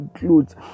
includes